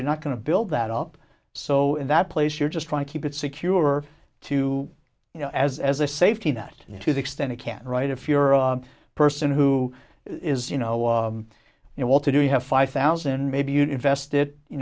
you're not going to build that up so in that place you're just trying to keep it secure to you know as as a safety net to the extent it can right if you're a person who is you know you want to do you have five thousand maybe you invest it you